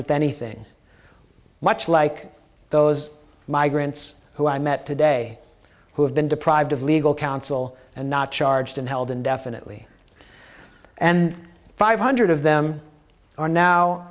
with anything much like those migrants who i met today who have been deprived of legal counsel and not charged and held indefinitely and five hundred of them are now